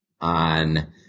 on